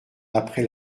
après